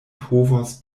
povos